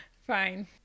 Fine